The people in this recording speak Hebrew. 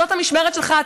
זאת המשמרת שלך,